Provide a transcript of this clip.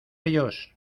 ellos